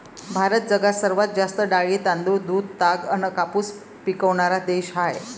भारत जगात सर्वात जास्त डाळी, तांदूळ, दूध, ताग अन कापूस पिकवनारा देश हाय